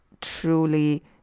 truly